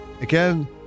again